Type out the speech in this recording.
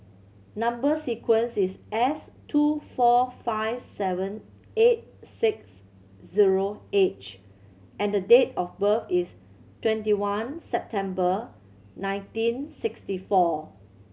number sequence is S two four five seven eight six zero H and the date of birth is twenty one September nineteen sixty four